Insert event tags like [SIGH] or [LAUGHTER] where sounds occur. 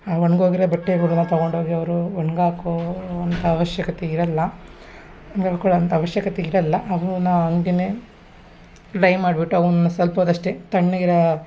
ಆ ಒಣಗೋಗಿರೋ ಬಟ್ಟೆಗಳ್ನ ತಗೊಂಡೋಗಿ ಅವರು ಒಣ್ಗಿ ಒಣ್ಗಿ ಹಾಕೋವಂತ ಆವಶ್ಯಕತೆ ಇರಲ್ಲ [UNINTELLIGIBLE] ಆವಶ್ಯಕತೆ ಇರಲ್ಲ ಅವನ್ನ ಹಂಗೆನೆ ಡ್ರೈ ಮಾಡಿಬಿಟ್ಟು ಅವ್ನ ಸ್ವಲ್ಪ ಹೊತ್ತು ಅಷ್ಟೇ ತಣ್ಣಗಿರೋ